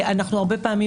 הרבה פעמים,